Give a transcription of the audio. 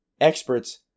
experts